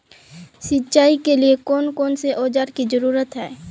सिंचाई के लिए कौन कौन से औजार की जरूरत है?